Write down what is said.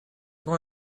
con